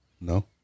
No